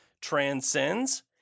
transcends